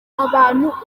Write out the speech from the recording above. abantu